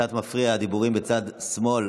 הדיבורים בצד שמאל